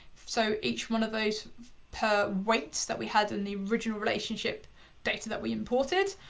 so each one of those per weights that we had in the original relationship data that we imported,